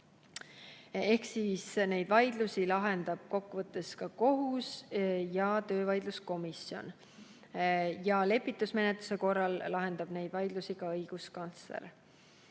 algatusel. Neid vaidlusi lahendab kokkuvõttes ka kohus ja töövaidluskomisjon. Lepitusmenetluse korral lahendab neid vaidlusi ka õiguskantsler.